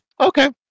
Okay